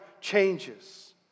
changes